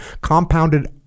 compounded